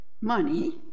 money